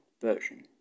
Version